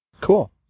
Cool